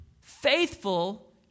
faithful